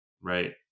right